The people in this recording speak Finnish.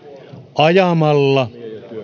ajamalla